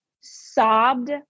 sobbed